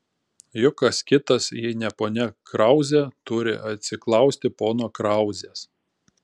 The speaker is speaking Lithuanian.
juk kas kitas jei ne ponia krauzė turi atsiklausti pono krauzės